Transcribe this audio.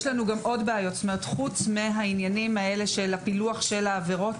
יש לנו גם עוד בעיות חוץ מהעניינים האלה של הפילוח של העבירות